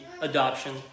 adoption